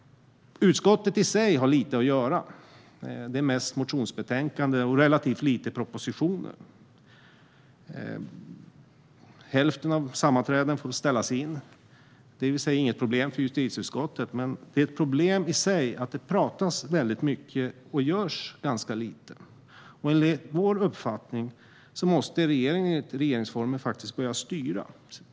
Utskottet har lite att göra. Det är mest motionsbetänkanden och relativt få propositioner. Hälften av sammanträdena får ställas in. Det i sig är inget problem för justitieutskottet, men det är ett problem att det pratas väldigt mycket och görs ganska lite. Enligt vår uppfattning och enligt regeringsformen måste regeringen faktiskt börja styra.